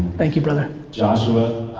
thank you brother. joshua,